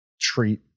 treat